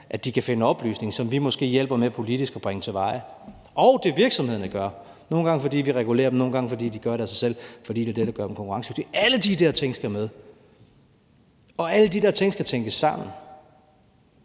de kan finde oplysninger, som vi måske hjælper med politisk at bringe til veje, og det, virksomhederne gør, nogle gange fordi vi regulerer dem, nogle gange, fordi de gør det af sig selv, fordi det er det, der gør dem konkurrencedygtige. Alle de der ting skal med, og alle de der ting skal tænkes sammen.